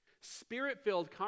Spirit-filled